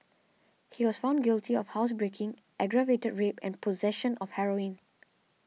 he was found guilty of housebreaking aggravated rape and possession of heroin